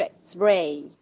spray